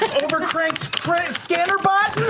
over-cranked credit scanner bot?